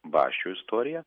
basčio istorija